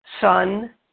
son